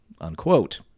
unquote